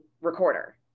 recorder